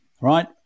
right